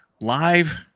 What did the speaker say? live